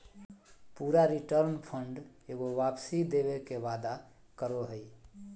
पूरा return fund एगो वापसी देवे के वादा करो हइ